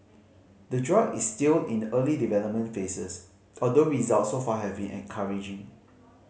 the drug is still in the early development phases although results so far have been encouraging